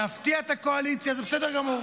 להפתיע את הקואליציה זה בסדר גמור.